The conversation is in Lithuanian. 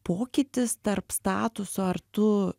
pokytis tarp statuso ar tu